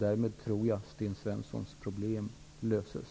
Därmed tror jag att Sten Svenssons problem löses.